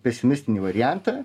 pesimistinį variantą